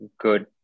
good